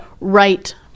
right